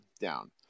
down